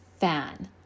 fan